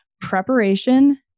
preparation